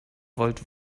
wollt